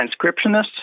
transcriptionists